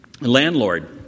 landlord